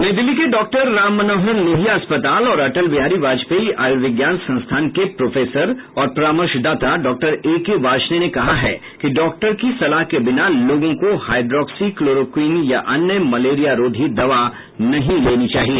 नई दिल्ली के डॉक्टर राम मनोहर लोहिया अस्पताल और अटल बिहारी वाजपेयी आयुर्विज्ञान संस्थान के प्रोफेसर और परामर्शदाता डॉक्टर एके वार्ष्णेय ने कहा है कि डॉक्टर की सलाह के बिना लोगों को हाइड्रॉक्सीक्लोरोक्विन या अन्य मलेरियारोधी दवा नहीं लेनी चाहिए